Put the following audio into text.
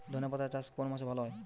ধনেপাতার চাষ কোন মাসে ভালো হয়?